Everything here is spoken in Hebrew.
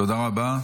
תודה רבה.